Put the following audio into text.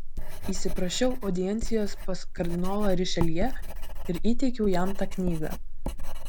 įsiprašiau audiencijos pas kardinolą rišeljė ir įteikiau jam tą knygą